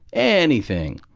anything.